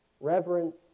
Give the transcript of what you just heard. Reverence